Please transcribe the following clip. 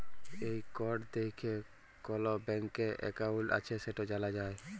এই কড দ্যাইখে কল ব্যাংকে একাউল্ট আছে সেট জালা যায়